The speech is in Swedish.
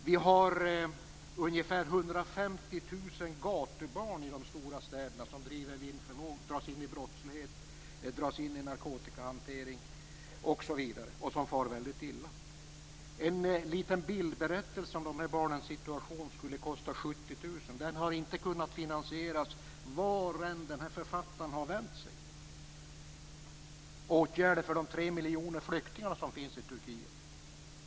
Vi har ungefär 150 000 gatubarn i de stora städerna som driver vind för våg, dras in i brottslighet, dras in i narkotikahantering och som far mycket illa. En liten bildberättelse om de här barnens situation skulle kosta 70 000 kr. Den har inte kunnat finansieras vart än den här författaren har vänt sig. Åtgärder behövs för de 3 miljoner flyktingar som finns i Turkiet.